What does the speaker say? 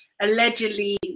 allegedly